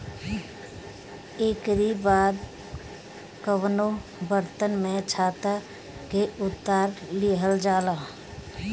एकरी बाद कवनो बर्तन में छत्ता के उतार लिहल जाला